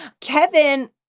Kevin